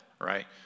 right